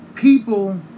People